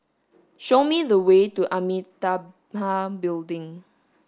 show me the way to Amitabha Building